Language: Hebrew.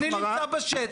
נמצא בשטח.